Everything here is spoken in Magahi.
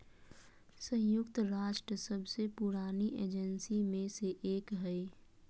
संयुक्त राष्ट्र सबसे पुरानी एजेंसी में से एक हइ